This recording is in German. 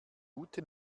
ute